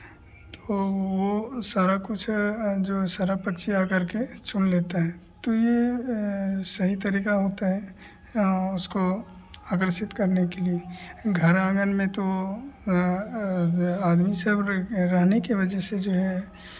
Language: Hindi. तो वो सारा कुछ जो सारा पक्षी आ करके चुन लेते हैं तो ये सही तरीका होता है उसको आकर्षित करने के लिए घर आंगन में तो आदमी सब रहने की वजह से जो है